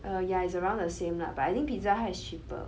err yeah is around the same lah but I think Pizza Hut is cheaper